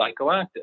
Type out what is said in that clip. psychoactive